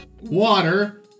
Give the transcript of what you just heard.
water